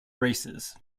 races